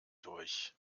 durch